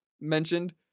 mentioned